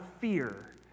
fear